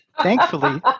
thankfully